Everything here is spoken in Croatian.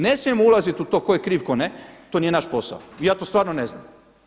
Ne smijemo ulaziti u to tko je kriv tko ne, to nije naš posao i ja to stvarno ne znam.